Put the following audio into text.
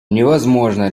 невозможно